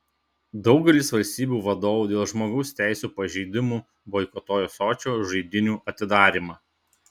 daugelis valstybių vadovų dėl žmogaus teisių pažeidimų boikotuoja sočio žaidynių atidarymą